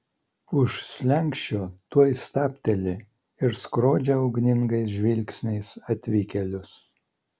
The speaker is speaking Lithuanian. už slenksčio tuoj stabteli ir skrodžia ugningais žvilgsniais atvykėlius